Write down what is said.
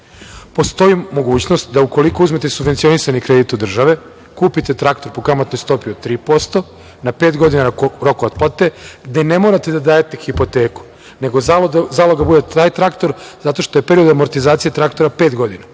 Postoji mogućnost da ukoliko uzmete subvencionisani kredit od države, kupite traktor po kamatnoj stopi od 3% na pet godina rok otplate, gde ne morate da dajete hipoteku, nego zalog da bude taj traktor zato što je period amortizacije traktora pet godina